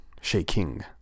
shaking